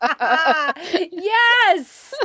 Yes